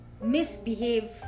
misbehave